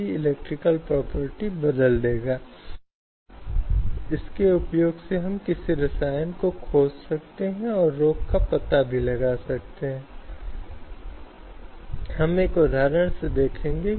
एक यौन संदर्भ है महिलाओं की कामुकता सवालों के घेरे में है और यह महिलाओं के लिए अपमानजनक गलत या अनुचित है